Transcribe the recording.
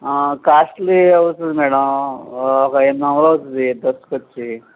ఆ కాస్ట్లీ అవుతుంది మేడమ్ ఒక ఎనిమిది వందలు అవుతుంది డ్రస్స్కు వచ్చి